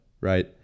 Right